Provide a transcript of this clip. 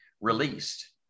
released